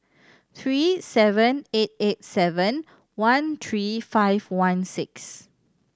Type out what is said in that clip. three seven eight eight seven one three five one six